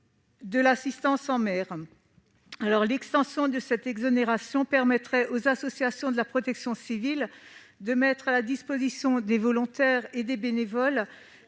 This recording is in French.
de l'assistance en mer. Étendre le champ de cette exonération permettrait aux associations de la protection civile de mettre à la disposition des volontaires et des bénévoles